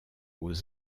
aux